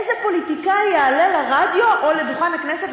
איזה פוליטיקאי יעלה לרדיו או לדוכן הכנסת,